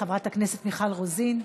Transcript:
חברת הכנסת מיכל רוזין,